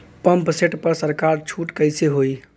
Pump set पर सरकार छूट कईसे होई?